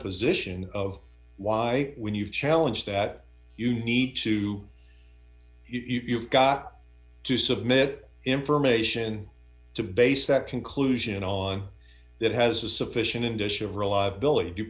position of why when you challenge that you need to if you've got to submit information to base that conclusion on that has a sufficient industry of reliability due